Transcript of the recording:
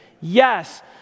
Yes